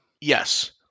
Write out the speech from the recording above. Yes